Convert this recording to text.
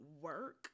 work